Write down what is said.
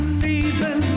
season